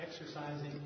exercising